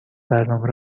برنامه